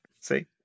see